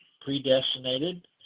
predestinated